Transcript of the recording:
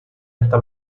esta